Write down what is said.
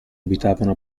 abitavano